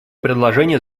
предложение